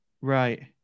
Right